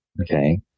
okay